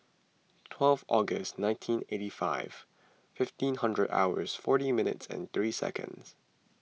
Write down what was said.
twelve August nineteen eighty five fifteen hundred hours forty minutes and three seconds